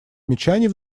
замечаний